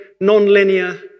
non-linear